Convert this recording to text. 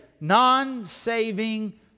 non-saving